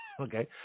Okay